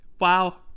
Wow